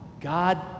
God